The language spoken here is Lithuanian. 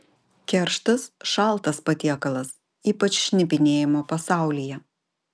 kerštas šaltas patiekalas ypač šnipinėjimo pasaulyje